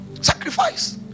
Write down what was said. sacrifice